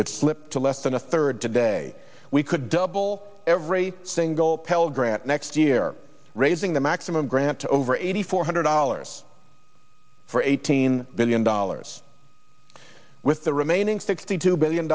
it slipped to less than a third today we could double every single pell grant next year raising the maximum grant to over eighty four hundred dollars for eighteen billion dollars with the remaining sixty two billion